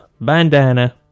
bandana